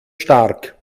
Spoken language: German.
stark